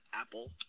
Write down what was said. Apple